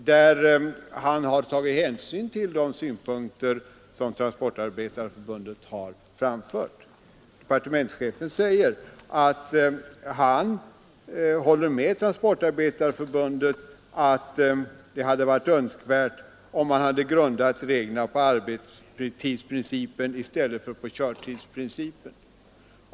Han har därvid tagit hänsyn till de synpunkter som Transportarbetareförbundet har framfört. Departementschefen håller med Transportarbetareförbundet om att det hade varit önskvärt om man hade grundat reglerna på arbetstidsprincipen i stället för på körtidsprincipen.